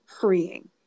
freeing